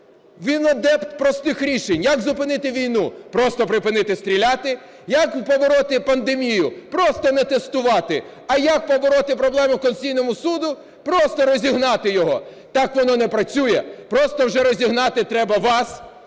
Він адепт простих рішень. Як зупинити війну? Просто припинити стріляти. Як побороти пандемію? Просто не тестувати. А як побороти проблеми Конституційного Суду? Просто розігнати його. Так воно не працює. Просто вже розігнати треба вас,